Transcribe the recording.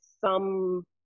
some-